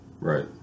right